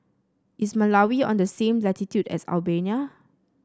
is Malawi on the same latitude as Albania